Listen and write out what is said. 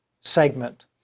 segment